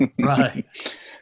Right